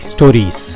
Stories